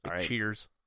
cheers